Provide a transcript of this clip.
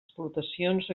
explotacions